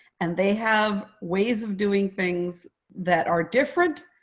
and they have ways of doing things that are different,